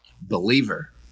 believer